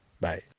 Bye